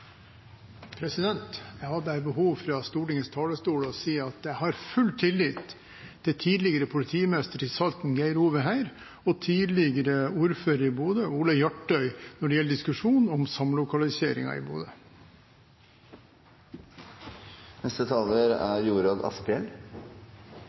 gjennomføringsevna. Jeg har bare behov for – fra Stortingets talerstol – å si at jeg har full tillit til tidligere politimester i Salten, Geir Ove Heir, og tidligere ordfører i Bodø, Ole-Henrik Hjartøy, når det gjelder diskusjonen om samlokaliseringen i